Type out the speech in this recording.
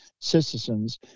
citizens